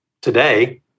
today